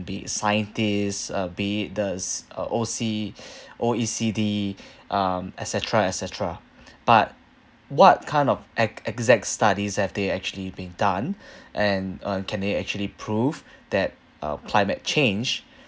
be scientists uh be this uh O_C O_E_C_D um et cetera et cetera but what kind of ex~ exact studies have they actually being done and uh can they actually prove that uh climate change